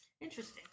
Interesting